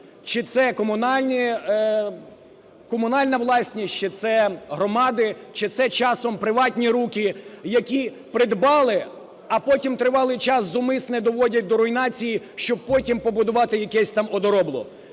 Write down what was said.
Чи це комунальна власність, чи це громади, чи це, часом, приватні руки, які придбали, а потім тривалий час зумисне доводять до руйнації, щоб побудувати якесь там одоробло.